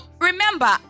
remember